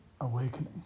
Awakening